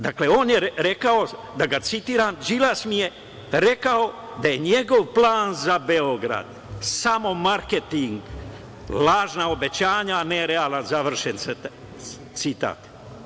Dakle, on je rekao, da ga citiram: „Đilas mi je rekao da je njegov plan za Beograd samo marketing, lažna obećanja, a ne realan“, završen citat.